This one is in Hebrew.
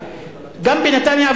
גם בנתניה,